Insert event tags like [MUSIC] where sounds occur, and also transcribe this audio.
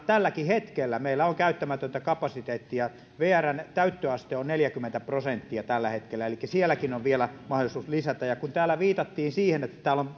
tälläkin hetkellä meillä on käyttämätöntä kapasiteettia vrn täyttöaste on neljäkymmentä prosenttia tällä hetkellä elikkä sielläkin on vielä mahdollisuus lisätä kun täällä viitattiin siihen että täällä [UNINTELLIGIBLE]